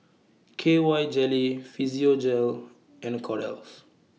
K Y Jelly Physiogel and Kordel's